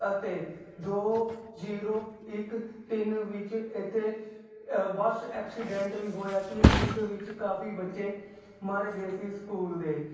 ਅਤੇ ਦੋ ਜ਼ੀਰੋ ਇੱਕ ਤਿੰਨ ਵਿੱਚ ਇੱਥੇ ਬਸ ਐਕਸੀਡੈਂਟ ਵੀ ਹੋਇਆ ਸੀ ਜਿਸ ਵਿੱਚ ਕਾਫੀ ਬੱਚੇ ਮਰ ਗਏ ਸੀ ਸਕੂਲ ਦੇ